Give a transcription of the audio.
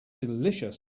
delicious